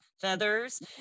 Feathers